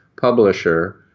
publisher